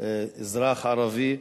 אזרח ערבי.